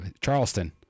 Charleston